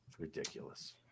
ridiculous